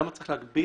למה צריך להגביל?